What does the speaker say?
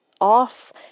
off